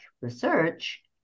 research